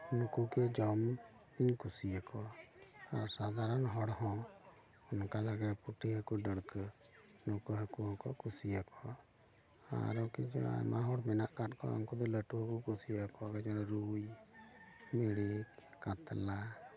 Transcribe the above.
ᱱᱩᱠᱩ ᱜᱮ ᱡᱚᱢ ᱤᱧ ᱠᱩᱥᱤᱭᱟᱠᱚᱣᱟ ᱟᱨ ᱥᱟᱫᱷᱟᱨᱚᱱ ᱦᱚᱲ ᱦᱚᱸ ᱱᱚᱝᱠᱟ ᱞᱮᱠᱟᱜᱮ ᱯᱩᱴᱷᱤ ᱦᱟᱹᱠᱩ ᱰᱟᱹᱲᱠᱟᱹ ᱱᱩᱠᱩ ᱦᱟᱹᱠᱩ ᱦᱚᱸᱠᱚ ᱠᱩᱥᱤᱭᱟᱠᱚᱣᱟ ᱟᱨᱚ ᱠᱤᱪᱷᱩ ᱟᱭᱢᱟ ᱦᱚᱲ ᱢᱮᱱᱟᱜ ᱠᱟᱜ ᱠᱚᱣᱟ ᱩᱱᱠᱩ ᱫᱚ ᱞᱟᱹᱴᱩ ᱦᱟᱹᱠᱩ ᱠᱩᱥᱤᱭᱟᱠᱚᱣᱟ ᱠᱚ ᱡᱮᱢᱚᱱ ᱨᱩᱭ ᱢᱤᱲᱤᱠ ᱠᱟᱛᱞᱟ